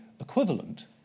equivalent